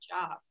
job